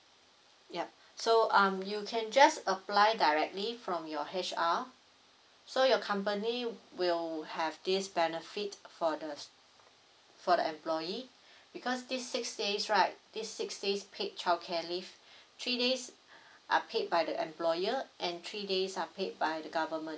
yup so um you can just apply directly from your H_R so your company will have this benefit for the for the employee because this six days right this six days paid childcare leave three days are paid by the employer and three days are paid by the government